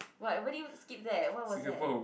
what why did you skip that what was that